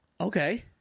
Okay